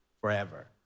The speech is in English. forever